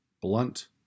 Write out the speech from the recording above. blunt